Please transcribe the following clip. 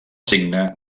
signe